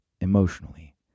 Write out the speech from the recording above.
emotionally